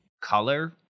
color